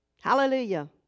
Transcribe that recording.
Hallelujah